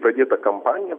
pradėta kampanija